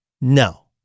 No